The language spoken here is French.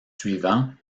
suivants